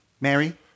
Mary